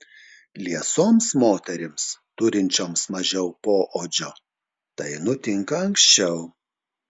liesoms moterims turinčioms mažiau poodžio tai nutinka anksčiau